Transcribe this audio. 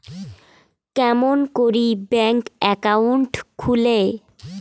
কেমন করি bank account খুলে?